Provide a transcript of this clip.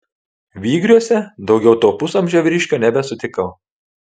vygriuose daugiau to pusamžio vyriškio nebesutikau